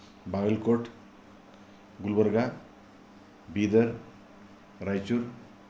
Bagalkot Gulbarga Bidar Raichur